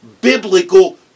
biblical